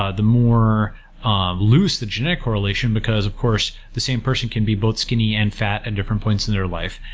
ah the more um loose the genetic correlation because, of course, the same person can be both skinny and fat and in different points in their life.